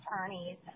attorneys